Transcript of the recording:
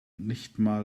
nichtmal